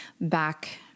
back